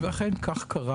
ואכן כך קרה.